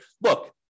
look